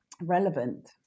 relevant